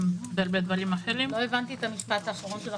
בדברים אחרים לא הבנתי את המשפט האחרון שלך.